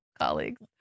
colleagues